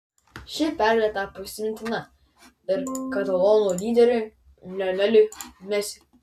ši pergalė tapo įsimintina ir katalonų lyderiui lioneliui messi